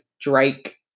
Drake